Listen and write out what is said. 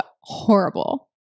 horrible